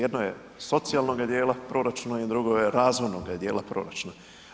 Jedno je socijalnoga dijela proračuna i druga je razvojnoga dijela proračuna.